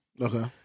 Okay